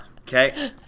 Okay